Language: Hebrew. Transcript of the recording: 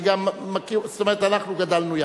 אנחנו גדלנו יחד.